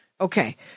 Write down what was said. Okay